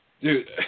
Dude